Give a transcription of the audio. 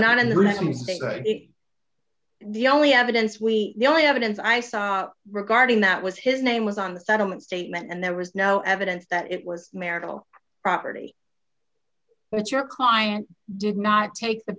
it the only evidence we the only evidence i saw regarding that was his name was on the settlement statement and there was no evidence that it was marital property but your client did not take the